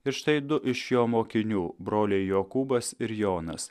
ir štai du iš jo mokinių broliai jokūbas ir jonas